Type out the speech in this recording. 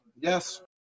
Yes